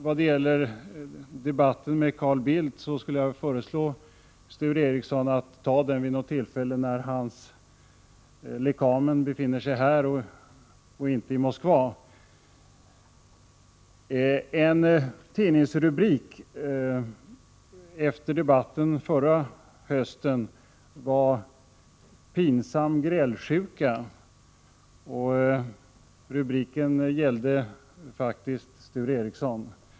Vad gäller debatten med Carl Bildt skulle jag vilja föreslå Sture Ericson att ta den vid något tillfälle när Carl Bildt lekamligen befinner sig här och inte i Moskva. En tidningsrubrik efter debatten förra hösten lydde: Pinsam grälsjuka. Rubriken avsåg faktiskt Sture Ericson.